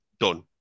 done